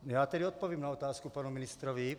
Já tedy odpovím na otázku panu ministrovi.